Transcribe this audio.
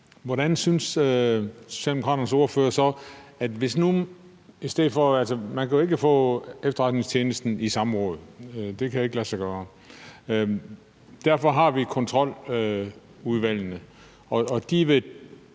hvad synes Socialdemokraternes ordfører så? Altså, man kan jo ikke få efterretningstjenesten i samråd – det kan ikke lade sig gøre – og derfor har vi Kontroludvalget, og jeg